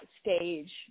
stage